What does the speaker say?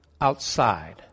outside